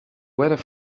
weather